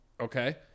okay